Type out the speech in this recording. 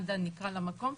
מד"א נקרא למקום.